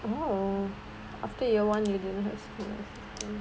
oh after year one you didn't have